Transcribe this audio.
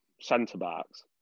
centre-backs